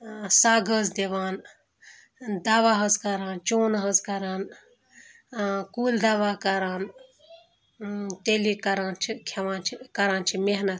سَگ حظ دِوان دَوا حظ کَران چوٗنہٕ حظ کَران کُلۍ دَوا کَران تیٚلے کَران چھِ کھٮ۪وان چھِ کَران چھِ محنت